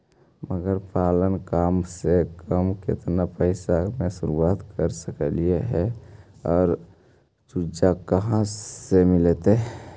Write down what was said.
मरगा पालन कम से कम केतना पैसा में शुरू कर सकली हे और चुजा कहा से मिलतै?